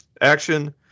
action